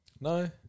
No